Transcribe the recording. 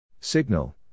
Signal